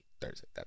Thursday